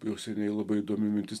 jau seniai labai įdomi mintis